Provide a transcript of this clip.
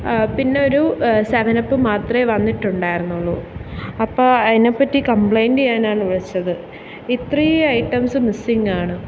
പിന്നൊരു സെവന അപ്പും മാത്രമേ വന്നിട്ടുണ്ടായിരുന്നുള്ളു അപ്പോൾ അതിനെപ്പറ്റി കംപ്ലെയിന്റ് ചെയ്യാനാണ് വിളിച്ചത് ഇത്രയും ഐറ്റംസ് മിസ്സിങ്ങാണ്